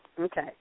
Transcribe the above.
Okay